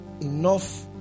enough